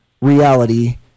reality